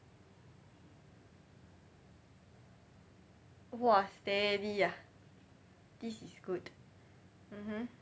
!wah! steady ah this is good mmhmm